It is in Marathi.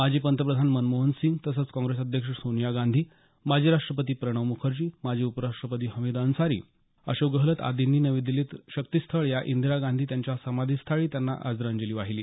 माजी पंतप्रधान मनमोहनसिंग तसंच काँग्रेस अध्यक्ष सोनिया गांधी माजी राष्ट्रपती प्रणव मुखर्जी माजी उपराष्ट्रपती हमिद अन्सारी अशोक गेहलोत आदींनी नवी दिल्लीत शक्तीस्थळ या इंदिरा गांधी यांच्या समाधीस्थळी त्यांना आदराजली वाहिली